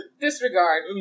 Disregard